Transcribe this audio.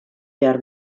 behar